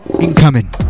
incoming